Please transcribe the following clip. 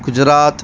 Gujarat